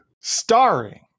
starring